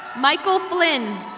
michael flynn.